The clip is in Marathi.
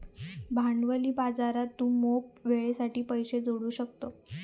भांडवली बाजारात तू मोप वेळेसाठी पैशे जोडू शकतं